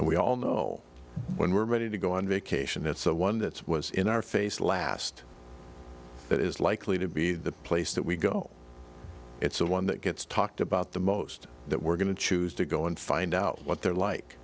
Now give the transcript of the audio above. and we all know when we're ready to go on vacation it's the one that's was in our face last that is likely to be the place that we go it's the one that gets talked about the most that we're going to choose to go and find out what they're like